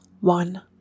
one